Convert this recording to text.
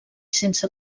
sense